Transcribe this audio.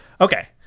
Okay